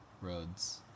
roads